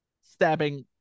stabbing